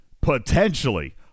potentially